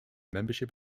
membership